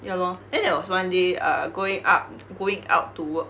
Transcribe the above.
ya lor then there was one day err going up going out to work